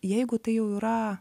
jeigu tai jau yra